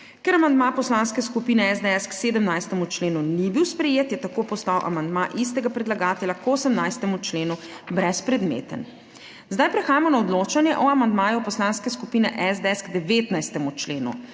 Ker amandma Poslanske skupine SDS k 19. členu ni bil sprejet, je postal amandma istega predlagatelja k 84.a členu brezpredmeten. Prehajamo na odločanje o amandmaju Poslanske skupine SDS k 87. členu.